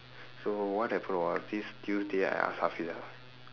so what happened was this tuesday I ask hafeezah